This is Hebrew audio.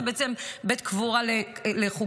זה בעצם בית קבורה לחוקים.